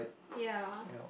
ya